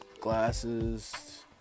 glasses